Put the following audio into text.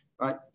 Right